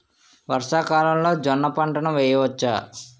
వర్షాకాలంలో జోన్న పంటను వేయవచ్చా?